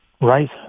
Right